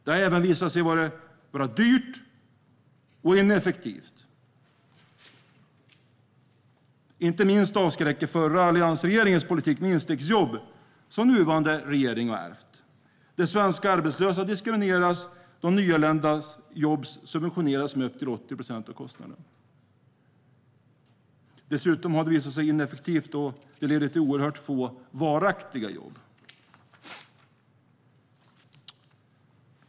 Det har även visat sig vara dyrt och ineffektivt. Inte minst avskräcker förra alliansregeringens politik med instegsjobb, som nuvarande regering har ärvt. Där diskrimineras svenska arbetslösa då nyanländas jobb subventioneras med upp till 80 procent av kostnaden. Dessutom har det visat sig ineffektivt då det leder till oerhört få varaktiga jobb.